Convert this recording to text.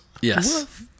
Yes